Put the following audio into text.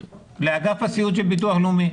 לאגף הסיעוד של ביטוח לאומי.